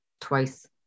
twice